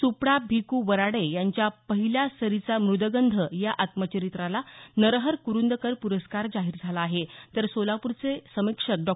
सुपडा भिक् वराडे यांच्या पहिल्या सरीचा मुदगंध या आत्मचरित्राला नरहर कुरुंदकर पुरस्कार जाहीर झाला आहे तर सोलापूरचे समीक्षक डॉ